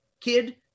kid